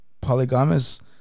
Polygamous